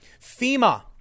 FEMA